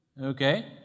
Okay